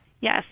Yes